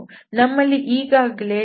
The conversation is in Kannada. ನಮ್ಮಲ್ಲಿ ಈಗಾಗಲೇ ∇×Fಇದೆ ಹಾಗೂ n ಕೂಡ ಇದೆ